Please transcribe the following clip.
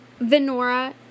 Venora